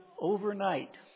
overnight